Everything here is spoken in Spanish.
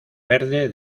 verde